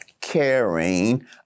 caring